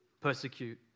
persecute